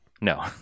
No